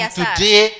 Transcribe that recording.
today